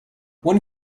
one